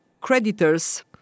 creditors